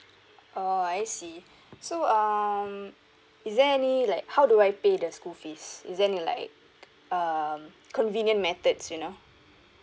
oh I see so um is there any like how do I pay the school fees is there any like um convenient methods you know